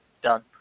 Done